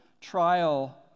trial